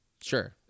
sure